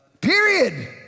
Period